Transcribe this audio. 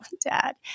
dad